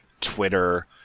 Twitter